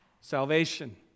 salvation